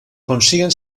consiguen